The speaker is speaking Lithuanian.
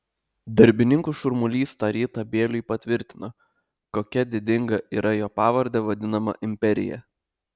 darbininkų šurmulys tą rytą bieliui patvirtino kokia didinga yra jo pavarde vadinama imperija